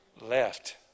left